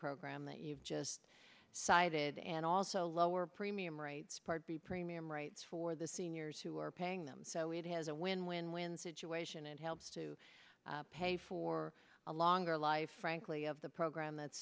program that you've just cited and also lower premiums the premium rights for the seniors who are paying them so it has a win win win situation and helps to pay for a longer life frankly of the program that's